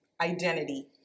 identity